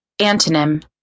Antonym